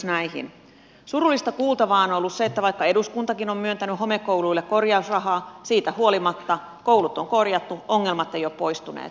surullista kuultavaa on ollut se että vaikka eduskuntakin on myöntänyt homekouluille korjausrahaa koulut on korjattu mutta siitä huolimatta ongelmat eivät ole poistuneet